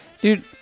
Dude